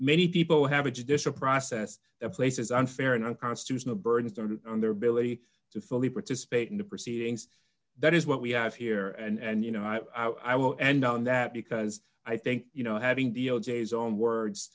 many people have a judicial process that places unfair and unconstitutional burdensome on their ability to fully participate in the proceedings that is what we have here and you know i will end on that because i think you know having the o'jays own words